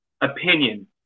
opinion